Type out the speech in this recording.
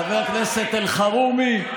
חבר הכנסת אלחרומי,